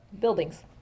buildings